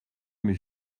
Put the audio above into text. mes